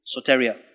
Soteria